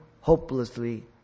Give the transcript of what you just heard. hopelessly